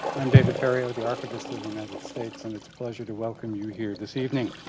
i'm david ferriero the archivist of the united states and it's a pleasure to welcome you here this evening